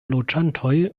loĝantoj